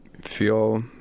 feel